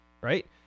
right